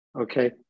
okay